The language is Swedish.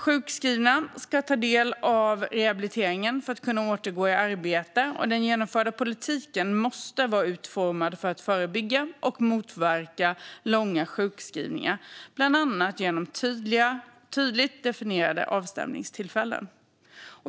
Sjukskrivna ska ta del av rehabilitering för att kunna återgå i arbete, och den genomförda politiken måste vara utformad för att förebygga och motverka långa sjukskrivningar, bland annat genom tydligt definierade avstämningstillfällen.